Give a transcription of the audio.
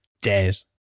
dead